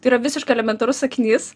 tai yra visiškai elementarus sakinys